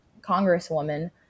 congresswoman